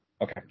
Okay